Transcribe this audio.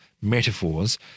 metaphors